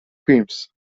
films